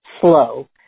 slow